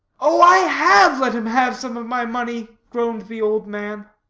oh, i have let him have some of my money, groaned the old man.